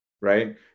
Right